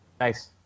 Nice